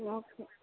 okay